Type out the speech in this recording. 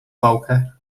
pałkę